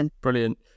brilliant